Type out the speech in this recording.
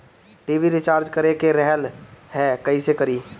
TV recharge करे के रहल ह कइसे करी?